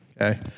Okay